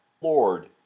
Lord